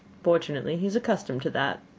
fortunately he is accustomed to that.